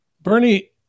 Bernie